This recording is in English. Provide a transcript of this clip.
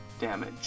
damage